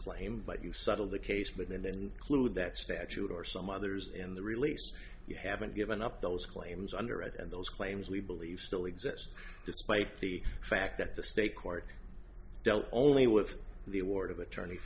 claim but you settled the case but in the end include that statute or some others in the release you haven't given up those claims under it and those claims we believe still exist despite the fact that the state court dealt only with the award of attorney